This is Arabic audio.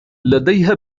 لديها